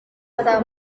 saa